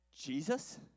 Jesus